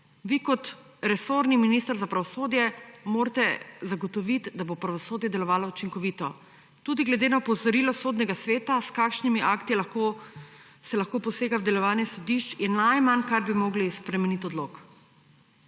Vi kot resorni minister za pravosodje morate zagotoviti, da bo pravosodje delovalo učinkovito. Tudi glede na opozorilo Sodnega sveta, s kakšnimi akti se lahko posega v delovanje sodišč, je najmanj, kar bi morali spremeniti, odlok.